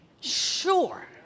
sure